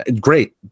great